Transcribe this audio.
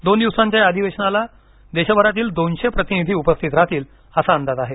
दोन दिवसांच्या या अधिवेशनाला देशभरातील दोनशे प्रतिनिधी उपस्थित राहतील असा अंदाज आहे